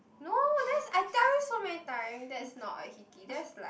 no that's I tell you so many times that's not a hickey that's like